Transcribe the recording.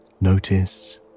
Notice